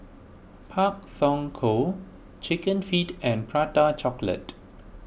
Pak Thong Ko Chicken Feet and Prata Chocolate